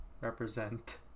represent